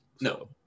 No